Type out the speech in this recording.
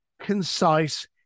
concise